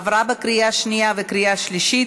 עברה בקריאה שנייה ובקריאה שלישית,